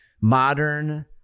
modern